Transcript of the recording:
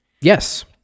yes